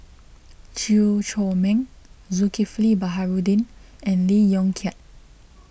Chew Chor Meng Zulkifli Baharudin and Lee Yong Kiat